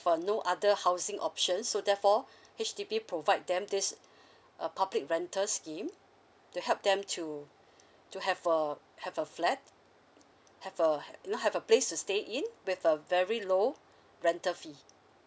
for no other housing option so therefore H_D_B provide them this uh public rental scheme to help them to to have a have a flat have a not have a place to stay in with a very low rental fee